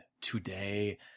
today